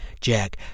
Jack